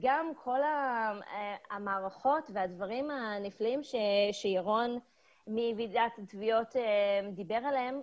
גם כל המערכות והדברים הנפלאים שירון מוועידת התביעות דיבר עליהן,